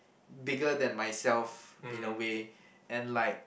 bigger than myself in a way and like